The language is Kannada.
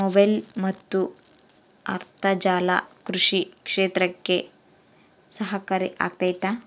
ಮೊಬೈಲ್ ಮತ್ತು ಅಂತರ್ಜಾಲ ಕೃಷಿ ಕ್ಷೇತ್ರಕ್ಕೆ ಸಹಕಾರಿ ಆಗ್ತೈತಾ?